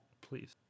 Please